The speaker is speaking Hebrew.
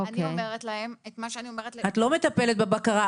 אני אומרת להם את מה שאני אומרת --- את לא מטפלת בבקרה.